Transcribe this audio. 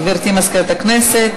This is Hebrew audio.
גברתי מזכירת הכנסת,